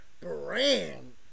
brand